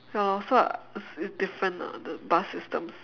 ya lor so it's different lah the bus systems